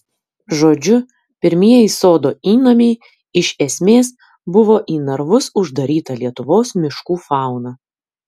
žodžiu pirmieji sodo įnamiai iš esmės buvo į narvus uždaryta lietuvos miškų fauna